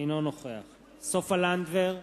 אינו נוכח סופה לנדבר,